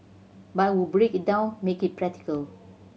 but I would break it down make it practical